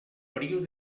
període